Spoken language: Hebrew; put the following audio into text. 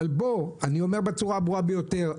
אבל אני אומר בצורה הברורה ביותר,